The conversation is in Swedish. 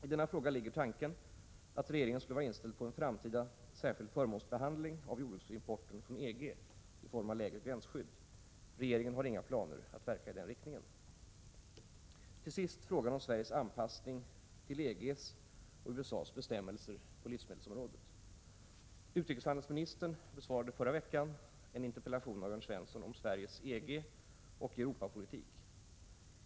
I denna fråga ligger tanken att regeringen skulle vara inställd på en framtida särskild förmånsbehandling av jordbruksimporten från EG i form av lägre gränsskydd. Regeringen har inga planer att verka i den riktningen. Till sist frågan om Sveriges anpassning till EG:s och USA:s bestämmelser på livsmedelsområdet. Utrikeshandelsministern besvarade förra veckan en interpellation av Jörn Svensson om Sveriges EG och Europapolitik.